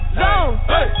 zone